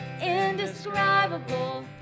Indescribable